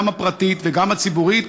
גם הפרטית וגם הציבורית,